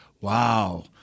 Wow